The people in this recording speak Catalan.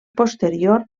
posterior